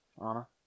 Anna